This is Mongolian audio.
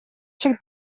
шиг